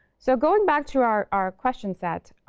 so going back to our our question set,